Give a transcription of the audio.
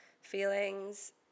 feelings